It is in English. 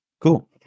Cool